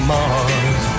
Mars